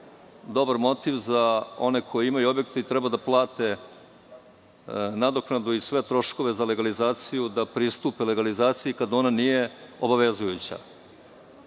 dobar motiv za one koji imaju objekte i treba da plate nadoknadu i sve troškove za legalizaciju da pristupe legalizaciji, kada ona nije obavezujuća. To